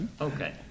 Okay